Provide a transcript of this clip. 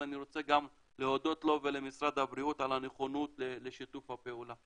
אז אני רוצה גם להודות לו ולמשרד הבריאות על הנכונות לשיתוף הפעולה.